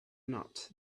not